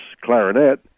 clarinet